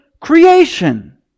creation